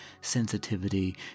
sensitivity